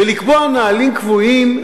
ולקבוע נהלים קבועים,